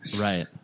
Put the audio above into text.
Right